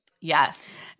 Yes